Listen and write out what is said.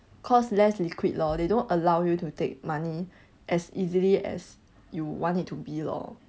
cause less liquid lor they don't allow you to take money as easily as you want it to be lor